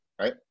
Right